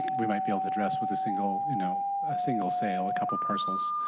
we might be able to address with a single you know a single sale, a couple of parcels,